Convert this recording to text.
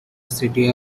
city